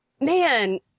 man